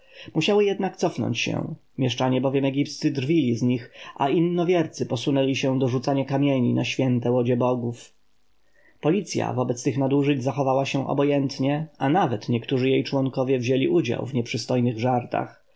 musiały jednak cofnąć się mieszczanie bowiem egipscy drwili z nich a inowiercy posunęli się do rzucania kamieni na święte łodzie bogów policja wobec tych nadużyć zachowała się obojętnie a nawet niektórzy jej członkowie wzięli udział w nieprzystojnych żartach